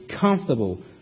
comfortable